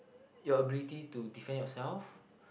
your ability to defend your self